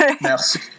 Merci